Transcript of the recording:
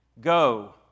Go